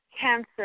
cancer